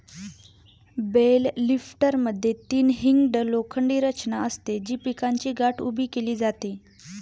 bell लिफ्टरमध्ये तीन hinged लोखंडी रचना असते, जी पिकाची गाठ उभी केली जाते